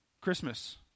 Christmas